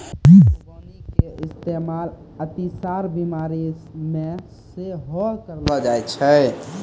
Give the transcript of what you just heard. खुबानी के इस्तेमाल अतिसार बिमारी मे सेहो करलो जाय छै